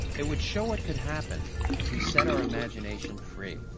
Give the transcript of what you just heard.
it would show what could happen if we set our imagination free.